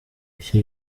iki